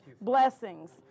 Blessings